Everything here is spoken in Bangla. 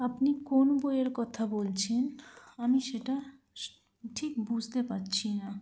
আপনি কোন বইয়ের কথা বলছেন আমি সেটা ঠিক বুঝতে পারছি না